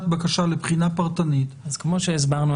בקשה לבחינה פרטנית אז כמו שהסברנו,